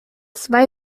zwei